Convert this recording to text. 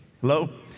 Hello